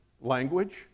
language